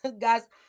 Guys